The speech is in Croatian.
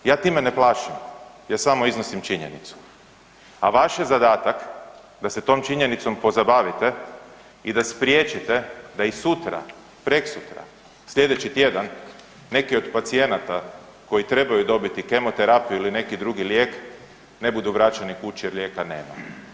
Ja time ne plašim, ja samo iznosim činjenicu a vaš je zadatak da se tom činjenicom pozabavite i da spriječite i da sutra, preksutra, slijedeći tjedan, neki od pacijenata koji trebaju dobiti kemoterapiju ili neki drugi lijek, ne budu vraćeni kući jer lijeka nema.